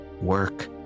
Work